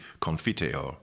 Confiteor